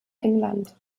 england